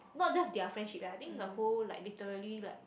not just their friendship eh I think the whole like literally like